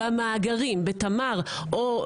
במאגרים, בתמר, או,